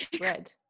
Red